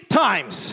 times